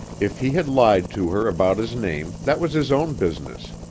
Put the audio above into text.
if he had lied to her about his name that was his own business,